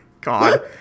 god